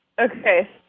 okay